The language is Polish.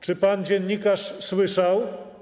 Czy pan dziennikarz słyszał?